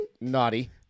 naughty